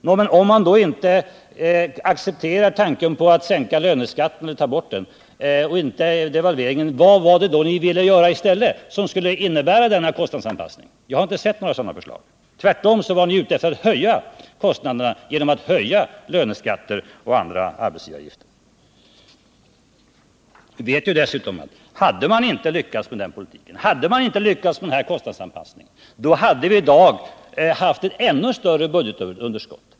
Nå, men om man då inte accepterar tanken att avskaffa löneskatten, vad ville ni då göra i stället, som skulle innebära en sådan kostnadsanpassning? Jag har inte sett några sådana förslag. Tvärtom var ni ute för att höja löneskatter och andra arbetsgivaravgifter, vilket skulle ha ökat kostnaderna. Vi vet dessutom att om denna kostnadsanpassningspolitik hade misslyckats, skulle vi i dag haft ett ännu större budgetunderskott.